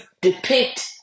depict